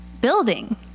building